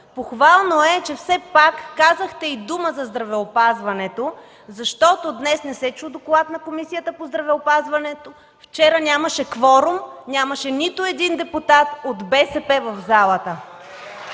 Похвално е, че все пак казахте и дума за здравеопазването, защото днес не се чу доклад на Комисията по здравеопазването. Вчера нямаше кворум, нямаше нито един депутат от БСП в залата.